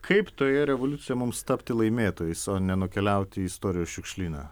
kaip toje revoliucijoje mums tapti laimėtojais o nenukeliauti į istorijos šiukšlyną